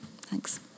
Thanks